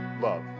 love